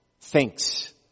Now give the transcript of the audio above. thinks